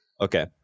Okay